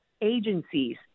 agencies